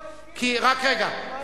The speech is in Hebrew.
הוא לא הסכים להיחקר.